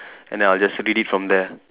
and then I'll just read it from there